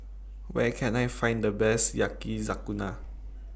Where Can I Find The Best Yakizakana